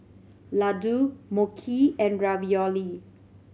Ladoo Mochi and Ravioli